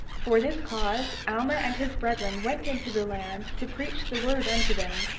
for this cause, alma and his brethren went into the land to preach the word unto them.